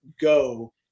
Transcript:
Go